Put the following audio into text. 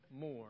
more